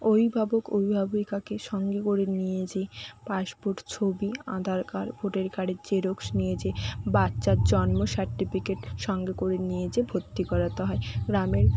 অভিভাবক অভিভাবিকাকে সঙ্গে করে নিয়ে যেয়ে পাসপোর্ট ছবি আধার কার্ড ভোটার কার্ডের জেরক্স নিয়ে গিয়ে বাচ্চার জন্ম সার্টিফিকেট সঙ্গে করে নিয়ে গিয়ে ভত্তি করাতে হয় গ্রামের